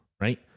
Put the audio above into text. right